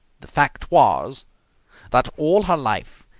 the fact was that, all her life,